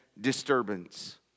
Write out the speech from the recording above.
disturbance